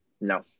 No